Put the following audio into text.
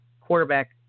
quarterback